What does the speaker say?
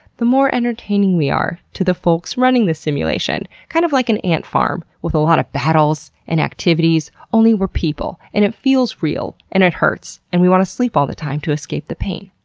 the more entertaining we are to the folks running the simulation. kind of like an ant farm with a lot of battles and activities. only we're people. and it feels real. and it hurts. and we wanna sleep all the time to escape the pain.